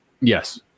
Yes